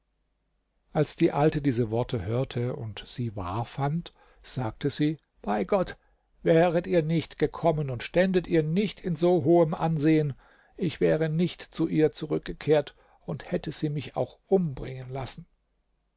als die alte diese worte hörte und sie wahr fand sagte sie bei gott wäret ihr nicht gekommen und ständet ihr nicht in so hohem ansehen ich wäre nicht zu ihr zurückgekehrt und hätte sie mich auch umbringen lassen